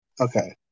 Okay